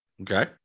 Okay